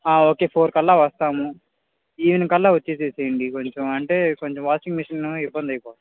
okay ఫోర్కల్లా వస్తాము evening కల్లా వచ్చేసేయండి కొంచెం అంటే కొంచం వాషింగ్ మెషిన్ ఇబ్బంది అయిపోతుంది